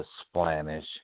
Spanish